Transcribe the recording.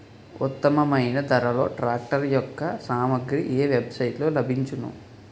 ఉత్తమమైన ధరలో ట్రాక్టర్ యెక్క సామాగ్రి ఏ వెబ్ సైట్ లో లభించును?